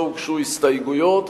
לא הוגשו הסתייגויות.